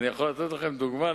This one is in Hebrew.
אני יכול לתת לכם דוגמה.